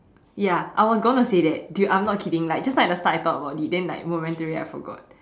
ya I was gonna say that dude I'm not kidding like just now at the start I talked about it then like momentarily I forgot